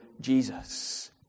Jesus